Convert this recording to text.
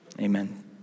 Amen